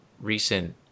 recent